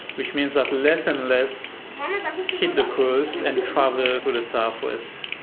which means that less and less hit the coast and travel through the southwest.